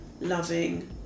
loving